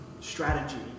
strategy